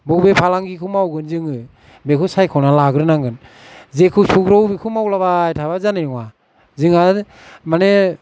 बबे फालांगिखौ मावगोन जोङो बेखौ सायख'ना लाग्रोनांगोन जेखौ सौग्रावो बेखौ मावलाबाय थाबा जानाय नङा जोंहा माने